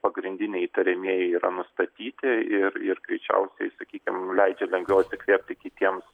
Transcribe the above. pagrindiniai įtariamieji yra nustatyti ir ir greičiausiai sakykim leidžia lengviau atsikvėpti kitiems